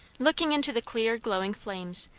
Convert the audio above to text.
looking into the clear, glowing flames,